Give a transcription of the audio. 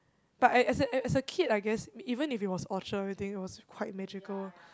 but as as as a as a kid I guess even if it was Orchard everything it was quite magical